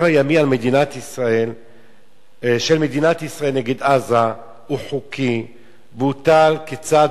הימי של מדינת ישראל נגד עזה הוא חוקי והוטל כצעד